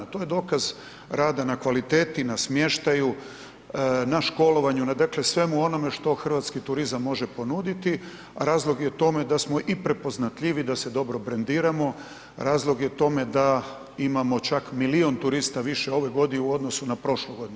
To je dokaz rada na kvaliteti i na smještaju, na školovanju, dakle i svemu onome što hrvatski turizam može ponuditi, a razlog je tome da samo i prepoznatljivi, da se dobro brendiramo, razlog je tome da imamo čak milion turista više ove godine u odnosu na prošlu godinu.